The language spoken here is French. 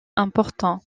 important